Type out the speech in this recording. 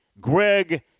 Greg